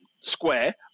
square